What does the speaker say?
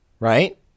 Right